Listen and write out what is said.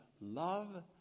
love